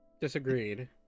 Disagreed